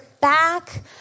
back